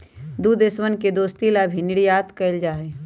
दु देशवन के दोस्ती ला भी निर्यात कइल जाहई